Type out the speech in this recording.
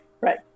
Right